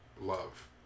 love